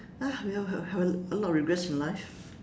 ah we all have have a lot of regrets in life